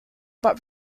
but